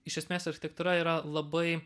iš esmės architektūra yra labai